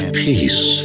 peace